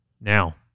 Now